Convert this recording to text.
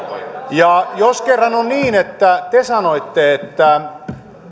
jos kerran on niin että te sanoitte että